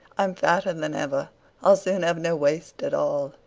i'm fatter than ever i'll soon have no waist at all.